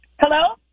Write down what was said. Hello